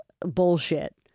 Bullshit